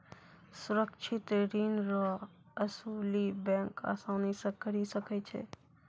सुरक्षित ऋण रो असुली बैंक आसानी से करी सकै छै